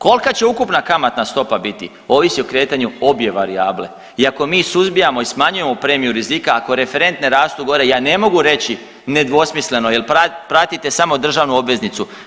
Kolka će ukupna kamatna stopa biti ovisi o kretanju obje varijable i ako mi suzbijamo i smanjujemo premiju rizika, ako referentne rastu gore ja ne mogu reći nedvosmisleno jel pratite samo državnu obveznicu.